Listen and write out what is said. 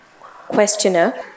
Questioner